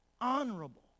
Honorable